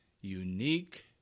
unique